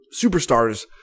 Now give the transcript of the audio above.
superstars